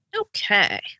Okay